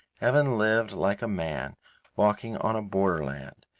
evan lived like a man walking on a borderland,